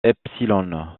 epsilon